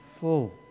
full